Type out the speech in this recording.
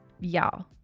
Y'all